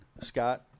scott